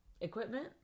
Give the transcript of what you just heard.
Equipment